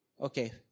Okay